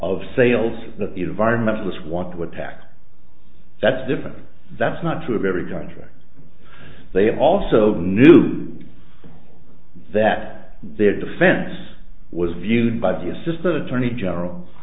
the environmentalist want to attack that's different that's not true of every contract they also knew that their defense was viewed by the assistant attorney general